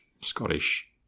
Scottish